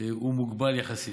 הוא מוגבל יחסית,